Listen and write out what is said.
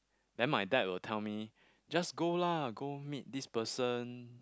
then my dad will tell me just go lah go meet this person